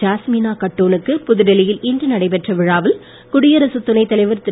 ஜாஸ்மினா கட்டூனுக்கு புதுடெல்லியில் இன்று நடைபெற்ற விழாவில் குடியரசு துணைத் தலைவர் திரு